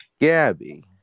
Gabby